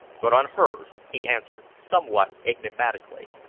but on hers, he answered, somewhat enigmatically.